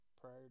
prior